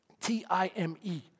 T-I-M-E